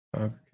okay